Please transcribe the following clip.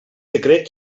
decret